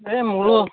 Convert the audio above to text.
এ মোৰো